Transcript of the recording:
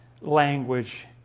language